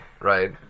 Right